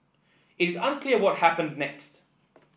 is unclear what happened next